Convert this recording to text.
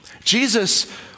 Jesus